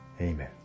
Amen